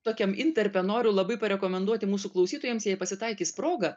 tokiam intarpe noriu labai parekomenduoti mūsų klausytojams jei pasitaikys proga